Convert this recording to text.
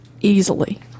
easily